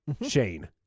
Shane